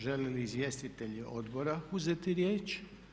Žele li izvjestitelji odbora uzeti riječ?